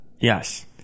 Yes